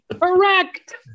Correct